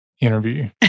interview